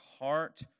heart